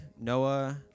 Noah